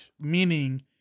meaning